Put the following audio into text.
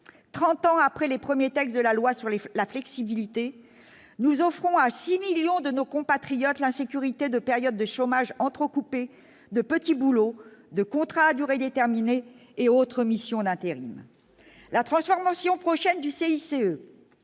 30 ans après les premiers textes de la loi sur les faits, la flexibilité, nous offrons à 6 millions de nos compatriotes l'insécurité de périodes de chômage entrecoupées de petits boulots de contrats à durée déterminée et autres missions d'intérim la transformation prochaine du CICE